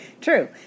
True